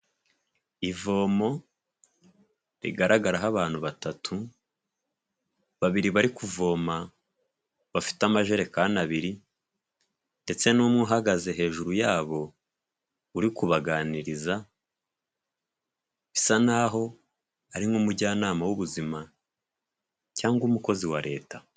Ivomo rigaragaraho abantu batatu babiri bari kuvoma bafite amajerekani abiri ndetse n'umwe uhagaze hejuru yabo uri kubaganiriza bisa n'aho ari nk'umujyanama w'ubuzima cyangwa umukozi wa leta.